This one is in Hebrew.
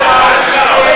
זה היה סגן שר האוצר.